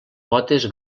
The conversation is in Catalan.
potes